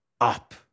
up